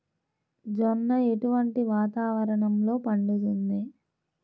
జొన్న ఎటువంటి వాతావరణంలో పండుతుంది?